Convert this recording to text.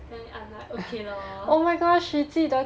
then I'm like okay lor